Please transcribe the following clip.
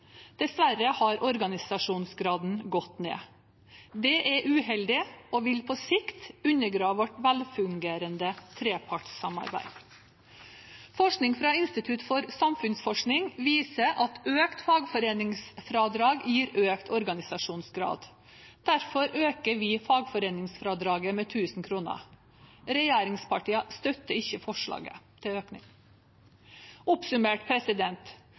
Dessverre har organisasjonsgraden gått ned. Det er uheldig og vil på sikt undergrave vårt velfungerende trepartssamarbeid. Forskning fra Institutt for samfunnsforskning viser at økt fagforeningsfradrag gir økt organisasjonsgrad. Derfor øker vi fagforeningsfradraget med 1 000 kr. Regjeringspartiene støtter ikke forslaget til økning. Oppsummert: